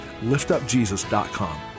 liftupjesus.com